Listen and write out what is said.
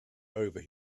over